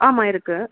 ஆமாம் இருக்குது